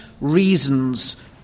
reasons